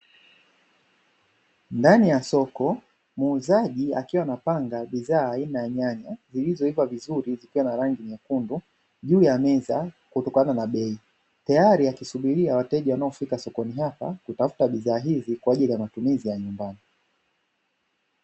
Ndani ya soko muuzaji akiwa amepanga bidhaa aina ya nyanya, zilizoiva vizuri zikiwa na rangi nyekundu, juu ya meza kutokana na bei nltayari kusubiria wateja wanaofika kutafuta bidhaa hizi kwa ajili ya matumizi ya nyumbani.